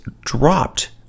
dropped